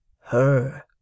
Her